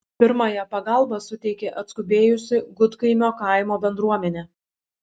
pirmąją pagalbą suteikė atskubėjusi gudkaimio kaimo bendruomenė